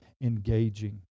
engaging